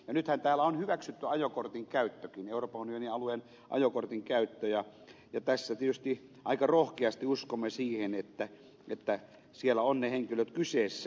nythän täällä on hyväksytty ajokortin käyttökin euroopan unionin alueen ajokortin käyttö ja tässä tietysti aika rohkeasti uskomme siihen että siellä ovat ne henkilöt kyseessä